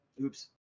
oops